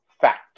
fact